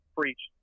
preach